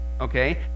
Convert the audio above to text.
Okay